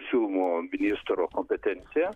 siūlomo ministro kompetencija